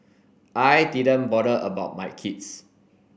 I didn't bother about my kids